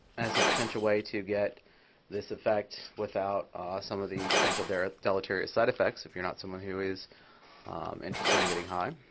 as a potential way to get this effect without some of the potential deleterious side effects, if you're not someone who is interested in getting high.